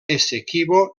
essequibo